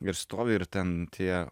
ir stovi ir ten tie